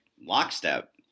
lockstep